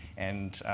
and